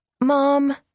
Mom